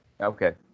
Okay